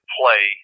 play